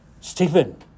Stephen